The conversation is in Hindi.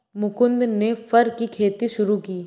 मुकुन्द ने फर की खेती शुरू की